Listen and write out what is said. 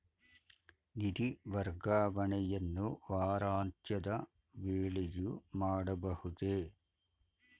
ನಿಧಿ ವರ್ಗಾವಣೆಯನ್ನು ವಾರಾಂತ್ಯದ ವೇಳೆಯೂ ಮಾಡಬಹುದೇ?